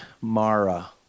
Mara